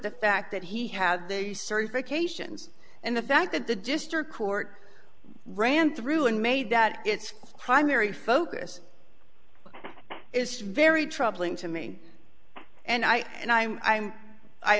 the fact that he had the use certifications and the fact that the district court ran through and made that its primary focus is very troubling to me and i and i'm i'm i